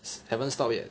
haven't stop yet